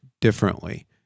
differently